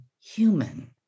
human